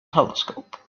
telescope